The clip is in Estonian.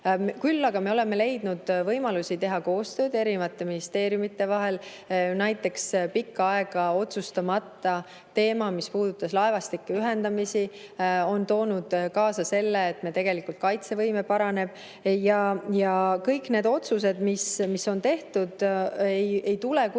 Küll aga me oleme leidnud võimalusi teha koostööd ministeeriumide vahel. Näiteks pikka aega otsustamata teema, mis puudutas laevastike ühendamist, on toonud kaasa selle, et meil tegelikult kaitsevõime paraneb. Kõik need otsused, mis on tehtud, ei tule kuidagi